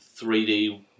3D